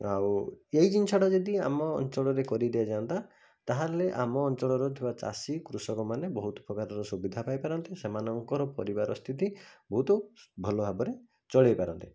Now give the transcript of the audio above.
ଆଉ ଏଇ ଜିନିଷଟା ଯଦି ଆମ ଅଞ୍ଚଳରେ କରିଦିଆ ଯାଆନ୍ତା ତାହେଲେ ଆମ ଅଞ୍ଚଳରେ ଥିବା ଚାଷୀ କୃଷକମାନେ ବହୁତ ପ୍ରକାରର ସୁବିଧା ପାଇପାରନ୍ତେ ସେମାନଙ୍କର ପରିବାର ସ୍ଥିତି ବହୁତ ଭଲ ଭାବରେ ଚଳେଇ ପାରନ୍ତେ